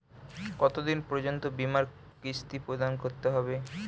কতো দিন পর্যন্ত বিমার কিস্তি প্রদান করতে হবে?